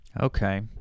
Okay